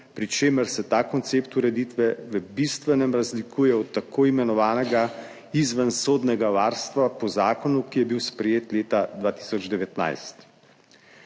čemer se ta koncept ureditve v bistvenem razlikuje od tako imenovanega izvensodnega varstva po zakonu, ki je bil sprejet leta 2019.